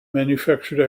manufactured